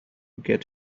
get